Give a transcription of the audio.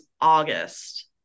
August